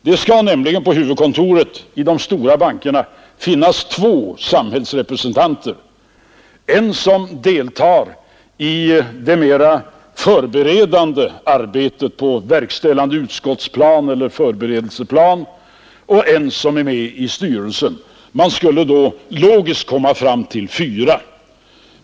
Det skall nämligen på huvudkontoret i de stora bankerna finnas två samhällsrepresentanter — en som deltar i det mera förberedande arbetet på verkställandeutskottsplan eller förberedelseplan och en som är med i styrelsen. Man skulle då logiskt komma fram till fyra.